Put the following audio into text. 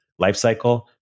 lifecycle